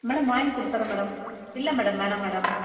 madam வாய்ங்கி கொடுத்துட்றேன் madam இல்லை மேடம் வேணாம் மேடம்